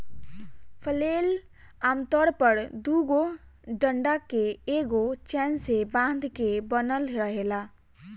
flail आमतौर पर दुगो डंडा के एगो चैन से बांध के बनल रहेला